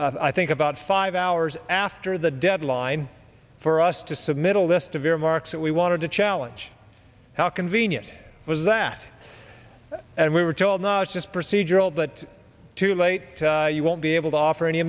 earmarks i think about five hours after the deadline for us to submit a list of earmarks that we wanted to challenge how convenient it was that and we were told not just procedural but too late you won't be able to offer any